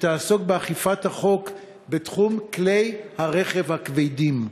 שתעסוק באכיפת החוק בתחום כלי הרכב הכבדים,